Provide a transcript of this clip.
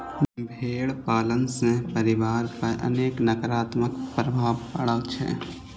भेड़ पालन सं पर्यावरण पर अनेक नकारात्मक प्रभाव पड़ै छै